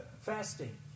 fasting